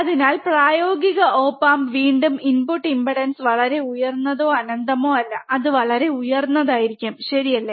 അതിനാൽ പ്രായോഗിക op amp വീണ്ടും ഇൻപുട്ട് ഇംപെഡൻസ് വളരെ ഉയർന്നതോ അനന്തമോ അല്ല അത് വളരെ ഉയർന്നതായിരിക്കും ശരിയല്ല